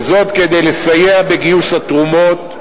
וזאת כדי לסייע בגיוס התרומות.